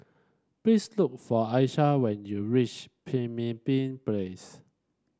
please look for Aisha when you reach Pemimpin Place